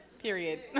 period